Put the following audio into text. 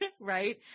right